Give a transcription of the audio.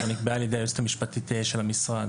שנקבעה על ידי היועצת המשפטית של המשרד,